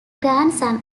grandson